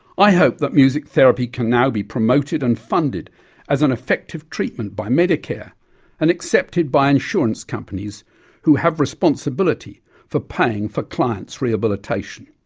i hope that music therapy can now be promoted and funded as an effective treatment by medicare and accepted by insurance companies who have responsibility for paying for clients' rehabilitation.